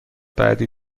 بعدی